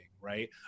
right